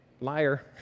Liar